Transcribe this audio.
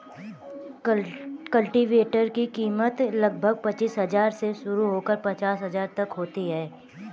cultivator की कीमत लगभग पचीस हजार से शुरू होकर पचास हजार तक होती है